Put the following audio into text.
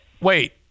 wait